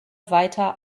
weiter